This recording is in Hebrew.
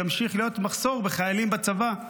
ימשיך להיות מחסור בחיילים בצבא.